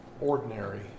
ordinary